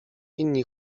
inni